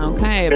Okay